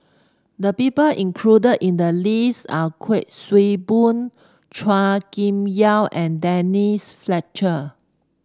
the people included in the list are Kuik Swee Boon Chua Kim Yeow and Denise Fletcher